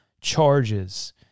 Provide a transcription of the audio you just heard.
charges